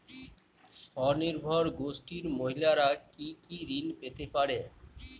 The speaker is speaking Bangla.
স্বনির্ভর গোষ্ঠীর মহিলারা কি কি ঋণ পেতে পারে?